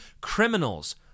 criminals